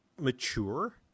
mature